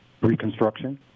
Reconstruction